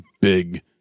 big